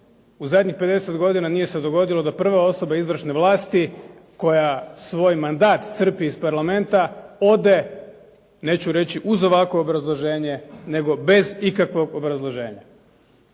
u zadnjih 50 godina nije se dogodilo da prva osoba izvršne vlasti koja svoj mandat crpi iz parlamenta ode neću reći uz ovakvo obrazloženje nego bez ikakvog obrazloženja.